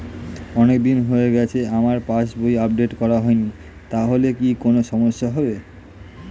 অনেকদিন হয়ে গেছে আমার পাস বই আপডেট করা হয়নি তাহলে কি কোন সমস্যা হবে?